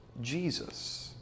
Jesus